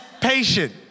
patient